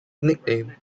nickname